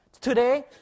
Today